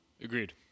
Agreed